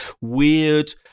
weird